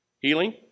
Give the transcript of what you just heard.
Healing